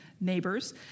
Neighbors